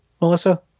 Melissa